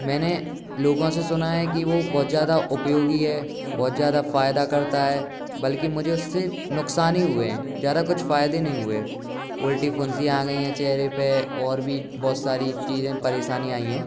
मैंने लोगों से सुना है कि वो बहुत ज्यादा उपयोगी है बहुत ज्यादा फायदा करता है बल्कि मुझे उससे नुकसान ही हुए हैं ज्यादा कुछ फायदे नहीं हुए उलटे फुंसीयाँ आ गईं हैं चेहरे पर और भी बहुत सारी चीजें परेशानी आईं हैं